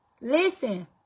Listen